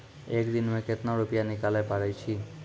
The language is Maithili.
एक दिन मे केतना रुपैया निकाले पारै छी?